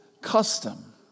custom